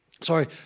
sorry